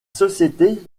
société